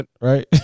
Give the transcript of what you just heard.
right